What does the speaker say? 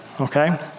okay